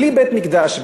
בלי בית-מקדש,